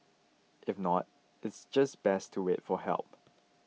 if not it's just best to wait for help